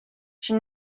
she